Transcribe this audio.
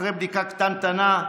אחרי בדיקה קטנטנה,